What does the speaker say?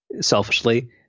selfishly